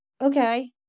okay